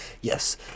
Yes